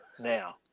now